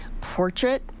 portrait